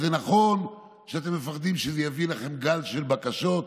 אז נכון שאתם מפחדים שזה יביא לכם גל של בקשות.